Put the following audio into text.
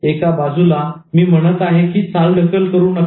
एका बाजूला मी म्हणत आहे की चालढकल करू नका